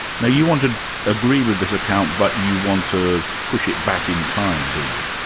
now, you wanted agree with this account, but you want to push it back in time, do you?